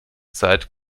zeit